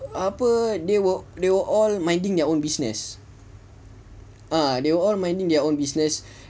apa they were all minding their own business err they were all minding their own business